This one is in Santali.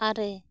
ᱟᱨᱮ